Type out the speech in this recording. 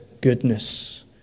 goodness